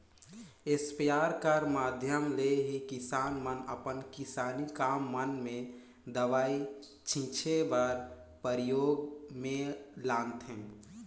sprayer कर माध्यम ले ही किसान मन अपन किसानी काम मन मे दवई छीचे बर परियोग मे लानथे